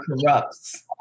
corrupts